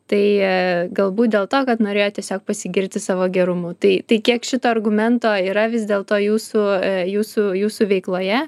tai galbūt dėl to kad norėjo tiesiog pasigirti savo gerumu tai tai kiek šito argumento yra vis dėlto jūsų jūsų jūsų veikloje